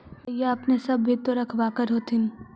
गईया अपने सब भी तो रखबा कर होत्थिन?